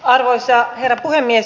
arvoisa herra puhemies